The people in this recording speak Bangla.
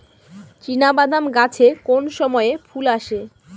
চিনাবাদাম গাছে কোন সময়ে ফুল আসে?